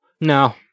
no